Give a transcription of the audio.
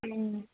ꯎꯝ